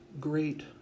great